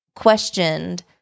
Questioned